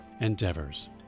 endeavors